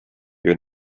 your